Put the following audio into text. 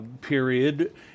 period